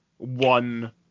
One